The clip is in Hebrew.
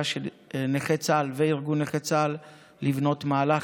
של נכי צה"ל וארגון נכי צה"ל לבנות מהלך